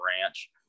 ranch